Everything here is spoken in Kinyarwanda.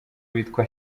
bitwa